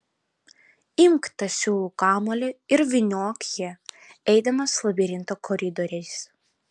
imk tą siūlų kamuolį ir vyniok jį eidamas labirinto koridoriais